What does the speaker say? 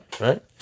Right